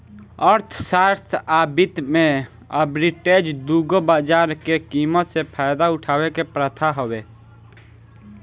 अर्थशास्त्र आ वित्त में आर्बिट्रेज दू गो बाजार के कीमत से फायदा उठावे के प्रथा हवे